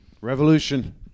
Revolution